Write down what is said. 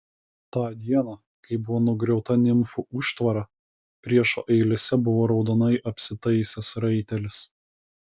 tą dieną kai buvo nugriauta nimfų užtvara priešo eilėse buvo raudonai apsitaisęs raitelis